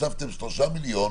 שהוספתם 3 מיליון,